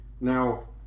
Now